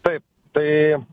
taip tai